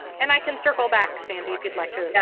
and i can circle back sandy. if you'd like to